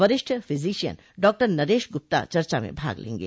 वरिष्ठ फिजिशियन डॉ नरेश गुप्ता चर्चा में भाग लेंगे